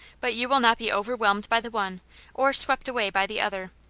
but you will not be overwhelmed by the one or swept away by the other.